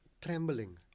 trembling